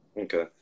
Okay